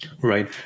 right